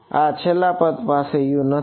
હા છેલ્લા પદ પાસે U નથી